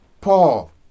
Paul